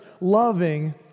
loving